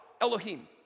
Elohim